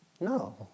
No